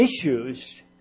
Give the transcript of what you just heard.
issues